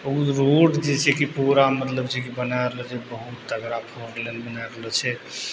उ रोड जे छै कि पूरा मतलब छै कि बनाए रहलो छै बहुत तगड़ा फोर लेन बनाए रहलो छै